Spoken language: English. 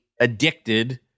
addicted